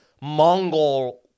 Mongol